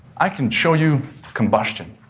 i can show you combustion.